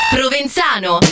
Provenzano